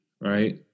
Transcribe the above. right